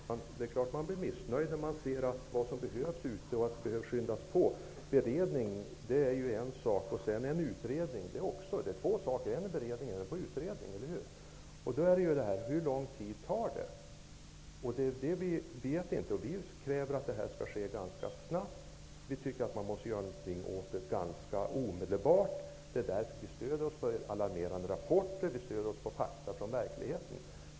Herr talman! Det är klart att man blir missnöjd när man ser vad som behövs och att det behövs skyndas på. Beredning är en sak medan utredning är en annan sak. Det är två skilda saker. Hur lång tid tar det? Det vet vi inte. Vi kräver att detta skall ske ganska snabbt. Dessutom tycker vi att man omedelbart skall göra någonting åt problemet. Det är därför som vi stöder oss på alarmerande rapporter och på fakta om verkligheten.